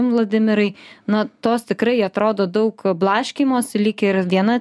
ir jum vladimirai na tos tikrai atrodo daug blaškymosi likę ir viena